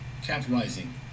capitalizing